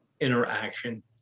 interaction